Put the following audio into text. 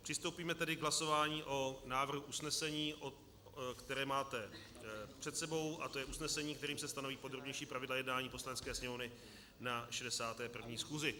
Přistoupíme tedy k hlasování o návrhu usnesení, které máte před sebou, a to je usnesení, kterým se stanoví podrobnější pravidla jednání Poslanecké sněmovny na 61. schůzi.